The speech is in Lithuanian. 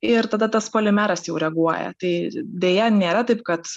ir tada tas polimeras jau reaguoja tai deja nėra taip kad